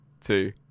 two